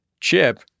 Chip